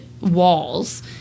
walls